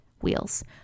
wheels